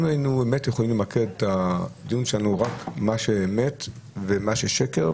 אם היינו באמת יכולים למקד את הדיון שלנו רק במה שהוא אמת ומה ששקר,